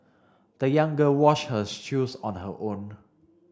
the young girl washed her shoes on her own